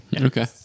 Okay